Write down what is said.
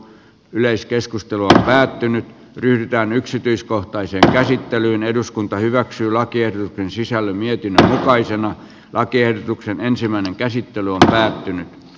yleiskeskustelu on päättynyt pyritään yksityiskohtaiseen käsittelyyn eduskunta hyväksyy lakien sisällön mietintöä jokaisen lakiehdotuksen ensimmäinen käsittely on päättynyt